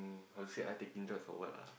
how to say I taking drug for what lah